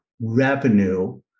revenue